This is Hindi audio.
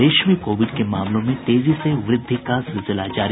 प्रदेश में कोविड के मामलों में तेजी से वृद्धि का सिलसिला जारी